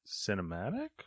Cinematic